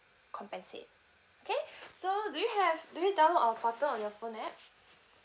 compensate okay so do you have do you download our portal on your phone app